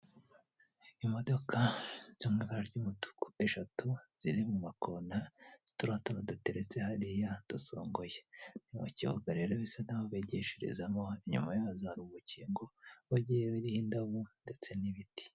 Imodoka zo mu ibara ry'umutuku eshatu ziri mu makona turiya tuntu duteretse hariya dusongoye, ntibakiga rero bise nk'aho bogesherezamo inyuma yazo aho baruhukira bajyenye indabo ndetse n'ibiti.